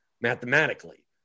mathematically